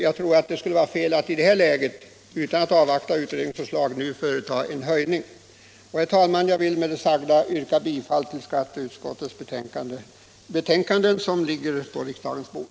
Jag tror emellertid att det vore fel att i detta läge företa en höjning av arbetsgivaravgiften utan att avvakta resultatet av de utredningar som nu arbetar. Herr talman! Med det sagda vill jag yrka bifall till skatteutskottets hemställan i dess nu förevarande betänkanden.